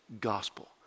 gospel